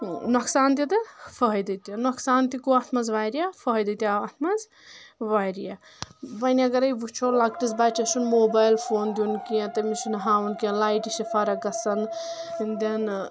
نۄقصان تہِ تہٕ فٲیِدٕ تہِ نۄقصان تہِ گوٚو اتھ منٛز واریاہ فٲہدٕ تہِ آو اتھ منٛز واریاہ ونۍ اگرے وٕچھو لۄکٕٹِس بچس چھُنہٕ موبایل فون دِیُن کینٛہہ تٔمِس چھُنہٕ ہاوُن کینٛہہ لایٹہِ چھِ فرق گژھان دٮ۪ن